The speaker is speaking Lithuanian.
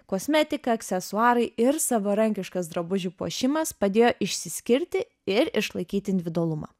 kosmetika aksesuarai ir savarankiškas drabužių puošimas padėjo išsiskirti ir išlaikyti individualumą